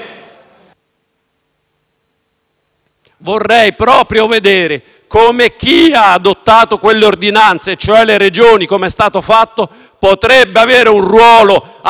vorrei proprio vedere come chi ha adottato quelle ordinanze, cioè le Regioni - come è stato fatto - possa avere un ruolo attivo